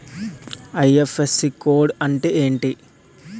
IFSC code అంటే ఏంటి?